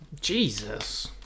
Jesus